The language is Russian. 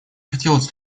хотелось